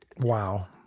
wow,